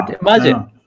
imagine